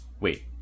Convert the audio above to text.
Wait